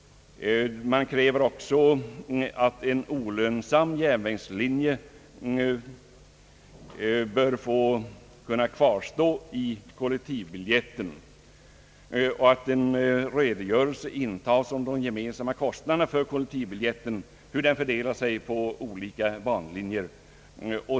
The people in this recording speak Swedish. Man kräver också att en olönsam järnvägslinje bör få kvarstå i »kollektivbiljetten» och att en redogörelse intas i statsverkspropositionen om hur de gemensamma kostnaderna för kollektivbiljetten fördelar sig på olika bandelar.